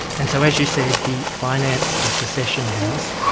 and so as you said he financed the secession house,